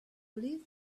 believe